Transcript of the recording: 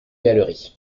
galerie